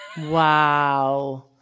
Wow